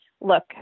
look